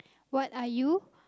what are you